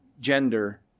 gender